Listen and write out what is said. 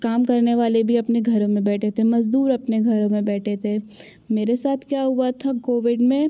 काम करने वाले भी अपने घरों बैठे थे मजदूर अपने घरों में बैठे थे मेरे साथ क्या हुआ था कोविड में